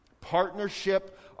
Partnership